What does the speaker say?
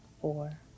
four